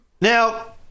Now